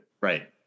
Right